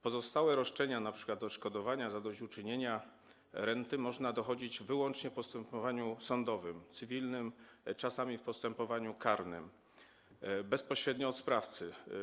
Pozostałe roszczenia, np. odszkodowania, zadośćuczynienia, renty, można dochodzić wyłącznie w postępowaniu sądowym, cywilnym, czasami w postępowaniu karnym, bezpośrednio od sprawcy.